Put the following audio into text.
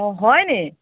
অ' হয়নি